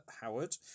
Howard